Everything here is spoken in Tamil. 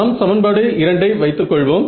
நாம் சமன்பாடு 2 ஐ வைத்து கொள்வோம்